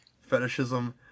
Fetishism